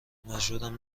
مجبورم